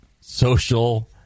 social